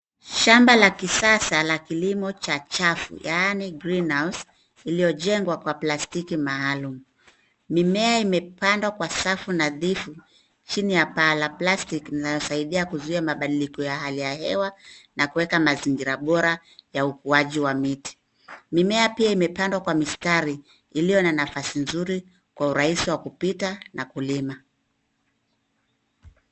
Shamba la kisasa la kilimo cha chafu yaani greenhouse iliojengwa kwa plastiki maalum. Mimea imepandwa kwa safu nadhifu chini ya paa la plastic linalosaidia kuzuia mabadiliko ya hali ya hewa na kuweka mazingira bora ya ukuaji wa miti. Mimea pia imepandwa kwa mistari iliyo na nafasi nzuri kwa urahisi wa kupita na kulima.